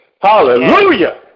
Hallelujah